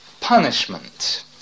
punishment